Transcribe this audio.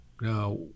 Now